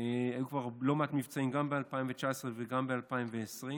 היו לא מעט מבצעים, גם ב-2019 וגם ב-2020.